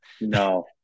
No